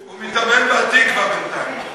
הוא מתאמן על "התקווה" בינתיים.